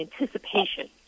anticipation